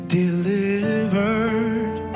delivered